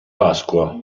pasqua